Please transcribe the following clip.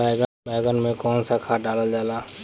बैंगन में कवन सा खाद डालल जाला?